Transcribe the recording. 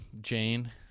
Jane